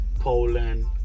Poland